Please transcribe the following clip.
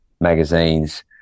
magazines